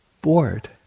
bored